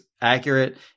accurate